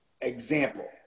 Example